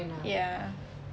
ya